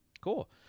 cool